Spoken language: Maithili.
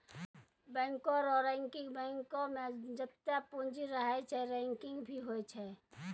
बैंको रो रैंकिंग बैंको मे जत्तै पूंजी रहै छै रैंकिंग भी होय छै